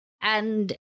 And-